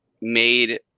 made